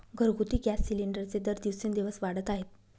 घरगुती गॅस सिलिंडरचे दर दिवसेंदिवस वाढत आहेत